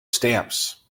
stamps